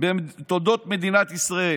בתולדות מדינת ישראל.